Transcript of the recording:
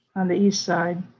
on the east side.